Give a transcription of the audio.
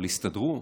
אבל הסתדרו,